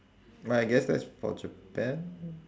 but I guess that's for japan